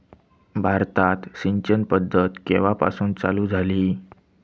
भारतात सिंचन पद्धत केवापासून चालू झाली?